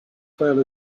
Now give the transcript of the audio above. fell